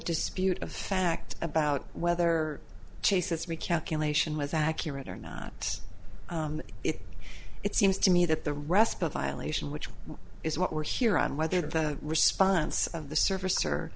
dispute of fact about whether chase's recalculation was accurate or not it it seems to me that the rest of violation which is what we're here on whether the response of the service or